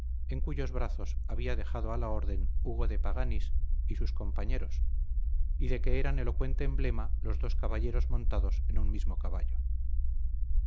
en cuyos brazos habían dejado a la orden hugo de paganis y sus compañeros y de que eran elocuente emblema los dos caballeros montados en un mismo caballo